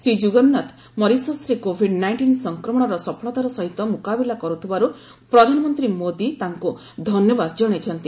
Shri Jugnauth ମରିସସ୍ରେ covid nineteen ସଂକ୍ରମଣର ସଫଳତାର ସହିତ ମୁକାବିଲା କରୁଥିବାରୁ ପ୍ରଧାନମନ୍ତ୍ରୀ ମୋଦୀ ତାଙ୍କୁ ଧନ୍ୟବାଦ ଜଣାଇଛନ୍ତି